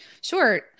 Sure